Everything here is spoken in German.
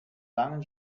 langen